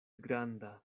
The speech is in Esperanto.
granda